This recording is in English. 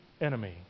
enemy